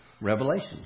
Revelation